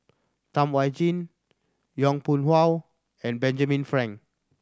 Tam Wai Jia Yong Pung How and Benjamin Frank